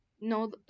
No